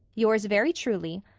yours very truly,